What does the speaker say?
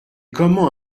comment